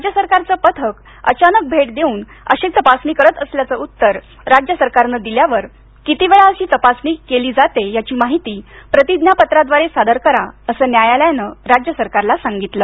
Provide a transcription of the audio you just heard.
राज्य सरकारचा पथकं अचानक भेट देऊन अशी तपासणी करत असल्याचं उत्तर राज्य सरकारनं दिल्यावर किती वेळा तपासणी केली याची माहिती प्रतिज्ञापत्राद्वारे सादर करा असं न्यायालयानं राज्य सरकारला सांगितलं